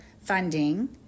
funding